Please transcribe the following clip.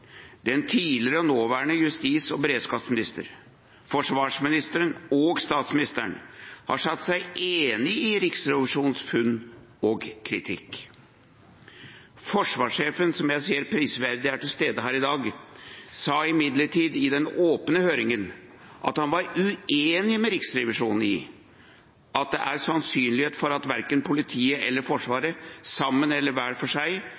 og Forsvaret, den tidligere og den nåværende justis- og beredskapsministeren, forsvarsministeren og statsministeren har sagt seg enig i Riksrevisjonens funn og kritikk. Forsvarssjefen, som jeg ser prisverdig er til stede her i dag, sa imidlertid i den åpne høringen at han var uenig med Riksrevisjonen i at det er sannsynlighet for at verken politiet eller Forsvaret, sammen eller hver for seg,